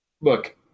look